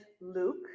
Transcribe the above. Luke